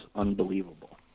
unbelievable